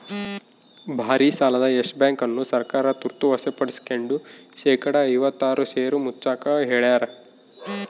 ಭಾರಿಸಾಲದ Yes Bank ಅನ್ನು ಸರ್ಕಾರ ತುರ್ತ ವಶಪಡಿಸ್ಕೆಂಡು ಶೇಕಡಾ ಐವತ್ತಾರು ಷೇರು ಮುಚ್ಚಾಕ ಹೇಳ್ಯಾರ